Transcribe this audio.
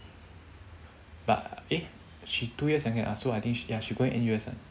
but eh she two years younger than us so I think she going N_U_S one